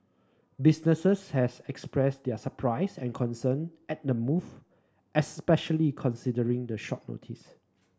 businesses has expressed their surprise and concern at the move especially considering the short notice